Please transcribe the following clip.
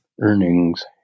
earnings